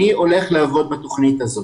אני הולך לעבוד בתוכנית הזו.